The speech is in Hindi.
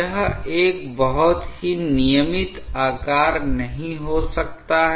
यह एक बहुत ही नियमित आकार नहीं हो सकता है